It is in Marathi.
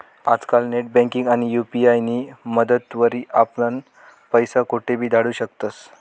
आजकाल नेटबँकिंग आणि यु.पी.आय नी मदतवरी आपण पैसा कोठेबी धाडू शकतस